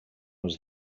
was